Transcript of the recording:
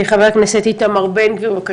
חבר הכנסת איתמר בן גביר, בבקשה.